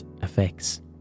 effects